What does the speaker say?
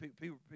people